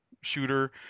shooter